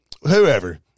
whoever